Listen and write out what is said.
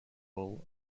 bull